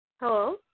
Hello